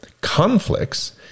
conflicts